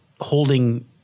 holding